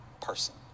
person